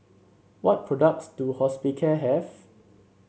what products do Hospicare have